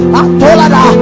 atolada